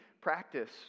practice